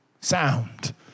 sound